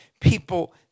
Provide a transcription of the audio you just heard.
People